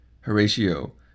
Horatio